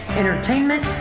entertainment